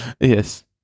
yes